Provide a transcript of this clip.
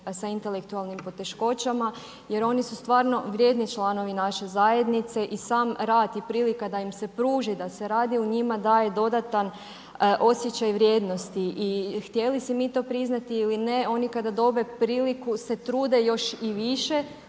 sa intelektualnim poteškoćama, jer oni su stvarno vrijedni članovi naše zajednice. I sam rad i prilika da im se pruži da se radi u njima daje dodatan osjećaj vrijednosti. I htjeli si mi to priznati ili ne, oni kada dobe priliku se trude još i više